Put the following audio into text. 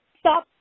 stop